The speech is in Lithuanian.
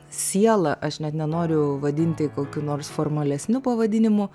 sielą aš net nenoriu vadinti kokiu nors formalesniu pavadinimu